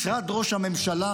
משרד ראש הממשלה.